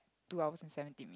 two hours and seventy minutes